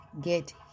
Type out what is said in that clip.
get